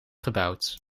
gebouwd